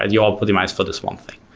and you all put the miles for this one thing.